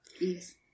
Yes